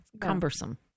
cumbersome